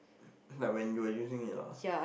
cause like when you were using it lah